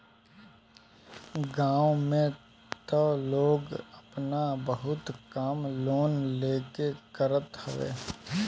गांव में तअ लोग आपन बहुते काम लोन लेके करत हवे